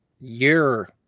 year